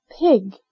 Pig